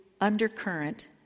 undercurrent